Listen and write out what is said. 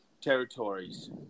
territories